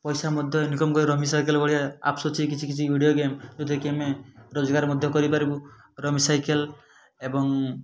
ପଇସା ମଧ୍ୟ ଇନକମ୍ କରି ରମିସର୍କଲ୍ ଭଳିଆ ଆପ୍ସ ଅଛି କିଛି କିଛି ଭିଡ଼ିଓ ଗେମ୍ ଯେଉଁଥିରେ କି ଆମେ ରୋଜଗାର ମଧ୍ୟ କରିପାରିବୁ ରମିସର୍କଲ୍ ଏବଂ